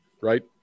right